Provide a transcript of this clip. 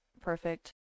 perfect